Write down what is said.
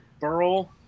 Burl